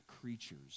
creatures